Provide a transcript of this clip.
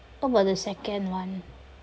what about the second one